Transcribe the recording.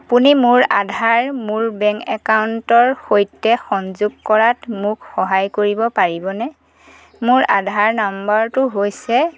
আপুনি মোৰ আধাৰ মোৰ বেংক একাউণ্টৰ সৈতে সংযোগ কৰাত মোক সহায় কৰিব পাৰিবনে মোৰ আধাৰ নাম্বাৰটো হৈছে